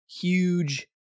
huge